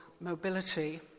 mobility